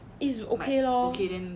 it's okay lor